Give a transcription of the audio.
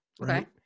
right